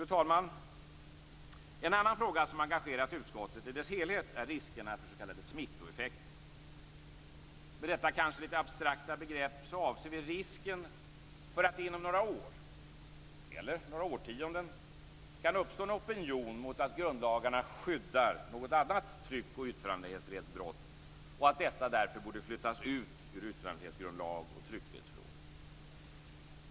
Fru talman! En annan fråga som engagerat utskottet i dess helhet är riskerna för s.k. smittoeffekter. Med detta kanske litet abstrakta begrepp avser vi risken för att det inom några år eller några årtionden kan uppstå en opinion mot att grundlagarna skyddar något annat tryck och yttrandefrihetsbrott och att detta därför borde flyttas ut ur yttrandefrihetsgrundlag och tryckfrihetsförordning.